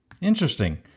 Interesting